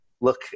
look